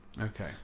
Okay